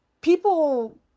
people